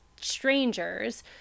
strangers